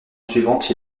suivante